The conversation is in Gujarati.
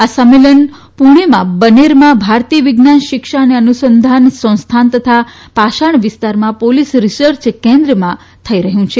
આ સંમેલન પુણેમાં બનેરમાં ભારતીય વિજ્ઞાન શિક્ષા અને અનુસંધાન સંસ્થાન તથા પાષણ વિસ્તારમાં પોલીસ રીસર્ચ કેન્દ્રમાં થઇ રહયું છે